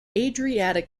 adriatic